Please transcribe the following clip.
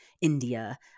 India